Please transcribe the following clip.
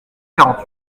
quarante